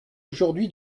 aujourd’hui